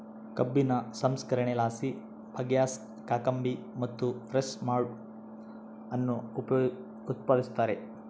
ಕಬ್ಬಿನ ಸಂಸ್ಕರಣೆಲಾಸಿ ಬಗ್ಯಾಸ್, ಕಾಕಂಬಿ ಮತ್ತು ಪ್ರೆಸ್ ಮಡ್ ಅನ್ನು ಉತ್ಪಾದಿಸುತ್ತಾರೆ